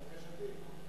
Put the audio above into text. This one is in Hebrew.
לבקשתי.